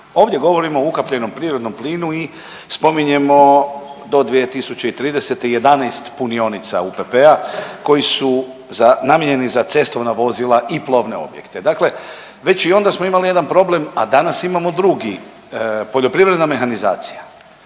Ovdje govorimo o ukapljenom prirodnom plinu i spominjemo do 2030. 11 punionica UPP-a koji su za, namijenjeni za cestovna vozila i plovne objekte. Dakle, već i onda smo imali jedan problem, a danas imamo drugi. Poljoprivredna mehanizacija